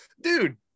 dude